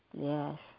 Yes